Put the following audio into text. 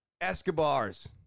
Escobars